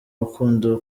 rukundo